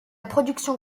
production